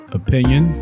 opinion